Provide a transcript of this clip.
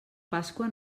pasqua